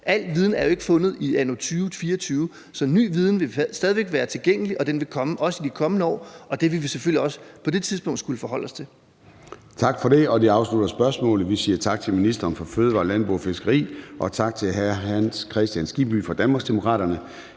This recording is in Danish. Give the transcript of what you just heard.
Al viden er jo ikke fundet anno 2024. Så ny viden vil stadig væk være tilgængelig, og den vil også komme i de kommende år. Det vil vi selvfølgelig også på det tidspunkt skulle forholde os til. Kl. 14:02 Formanden (Søren Gade): Tak for det. Det afslutter spørgsmålet. Vi siger tak til ministeren for fødevarer, landbrug og fiskeri og tak til hr. Hans Kristian Skibby fra Danmarksdemokraterne.